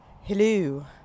Hello